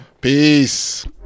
Peace